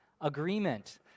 agreement